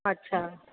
अच्छा